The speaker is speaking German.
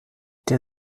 der